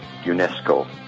UNESCO